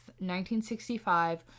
1965